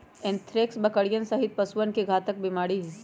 anthrax बकरियन सहित पशुअन के घातक बीमारी हई